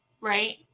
Right